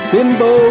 Bimbo